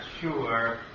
sure